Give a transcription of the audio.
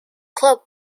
club